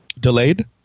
delayed